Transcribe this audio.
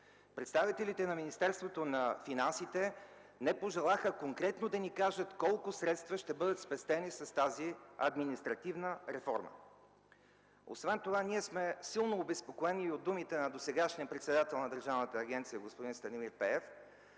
Представителите на Министерството на финансите не пожелаха конкретно да ни кажат колко средства ще бъдат спестени с тази административна реформа. Освен това ние сме силно обезпокоени и от думите на досегашния председател на държавната агенция господин Станимир Пеев,